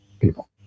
people